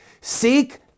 seek